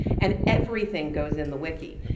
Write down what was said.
and everything goes in the wiki.